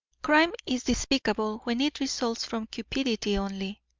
crime is despicable when it results from cupidity only,